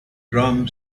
drum